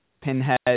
pinhead